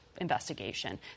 investigation